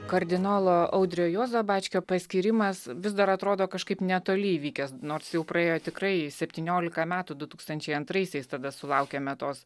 kardinolo audrio juozo bačkio paskyrimas vis dar atrodo kažkaip netoli įvykęs nors jau praėjo tikrai septyniolika metų du tūkstančiai antraisiais tada sulaukėme tos